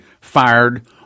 fired